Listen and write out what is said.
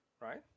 right